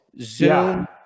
Zoom